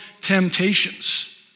temptations